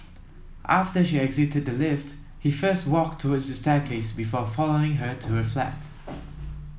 after she exited the lift he first walked towards the staircase before following her to her flat